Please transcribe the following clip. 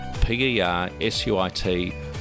P-E-R-S-U-I-T